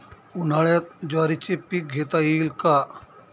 उन्हाळ्यात ज्वारीचे पीक घेता येईल का?